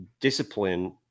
discipline